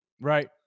right